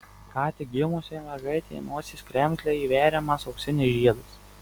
ką tik gimusiai mergaitei į nosies kremzlę įveriamas auksinis žiedas